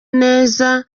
neza